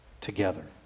together